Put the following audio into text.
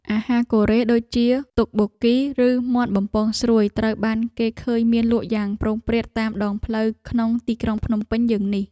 អាហារកូរ៉េដូចជាតុកបូគី ឬមាន់បំពងស្រួយត្រូវបានគេឃើញមានលក់យ៉ាងព្រោងព្រាតតាមដងផ្លូវក្នុងទីក្រុងភ្នំពេញយើងនេះ។